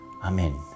Amen